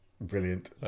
Brilliant